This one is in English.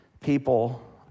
people